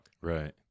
right